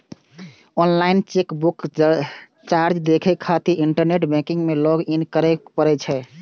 online chequebook charge देखै खातिर internet banking मे लॉग इन करै पड़ै छै